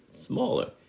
smaller